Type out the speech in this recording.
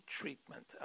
treatment